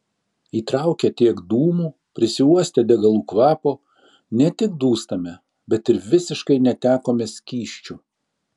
įtraukę tiek dūmų prisiuostę degalų kvapo ne tik dūstame bet ir visiškai netekome skysčių